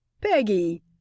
Peggy